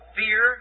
fear